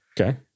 Okay